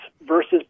versus